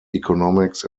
economics